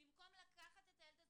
במקום לקחת את הילד הזה,